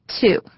Two